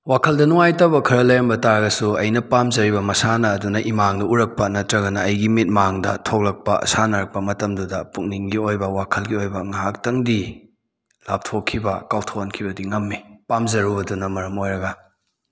ꯋꯥꯈꯜꯗ ꯅꯨꯡꯉꯥꯏꯇꯕ ꯈꯔ ꯂꯩꯔꯝꯕ ꯇꯥꯔꯒꯁꯨ ꯑꯩꯅ ꯄꯥꯝꯖꯔꯤꯕ ꯃꯁꯥꯟꯅ ꯑꯗꯨꯅ ꯏꯃꯥꯡꯗ ꯎꯔꯛꯄ ꯅꯠꯇ꯭ꯔꯒꯅ ꯑꯩꯒꯤ ꯃꯤꯠꯃꯥꯡꯗ ꯊꯣꯛꯂꯛꯄ ꯁꯥꯟꯅꯔꯛꯄ ꯃꯇꯝꯗꯨꯗ ꯄꯨꯛꯅꯤꯡꯒꯤ ꯑꯣꯏꯕ ꯋꯥꯈꯜꯒꯤ ꯑꯣꯏꯕ ꯉꯥꯏꯍꯥꯛꯇꯪꯗꯤ ꯂꯥꯞꯊꯣꯛꯈꯤꯕ ꯀꯥꯎꯊꯣꯛꯍꯟꯈꯤꯕꯗꯤ ꯉꯝꯏ ꯄꯥꯝꯖꯔꯨꯕꯗꯨꯅ ꯃꯔꯝ ꯑꯣꯏꯔꯒ